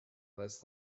let’s